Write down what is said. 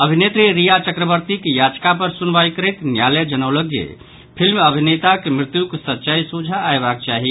अभिनेत्री रिया चक्रवर्तीक याचिका पर सुनवाई करैत न्यायालय जनौलक जे फिल्म अभिनेताक मृत्युक सच्चाई सोझा अयबाक चाही